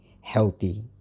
healthy